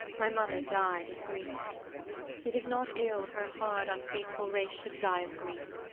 my mother died of grief it is not ill her hard, unfaithful race should die of grief.